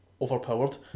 overpowered